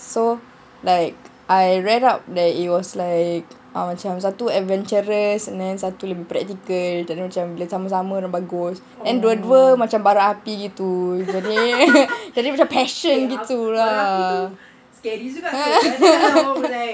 so like I read up that it was like uh macam satu adventurous and then satu lagi practical like bila sama-sama dia bagus and dua-dua macam bara api gitu jadi macam passion gitu lah